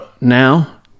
now